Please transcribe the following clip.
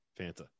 Fanta